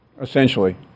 essentially